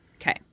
Okay